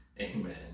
amen